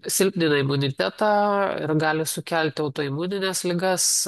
silpnina imunitetą ir gali sukelti autoimunines ligas